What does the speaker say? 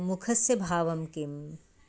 मुखस्य भावं किम्